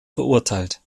verurteilt